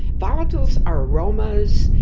volatiles are aromas,